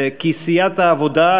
כי סיעת העבודה,